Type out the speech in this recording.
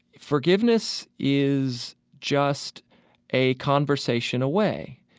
forgiveness is just a conversation away.